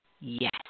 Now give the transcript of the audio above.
yes